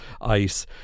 ice